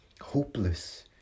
hopeless